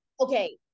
Okay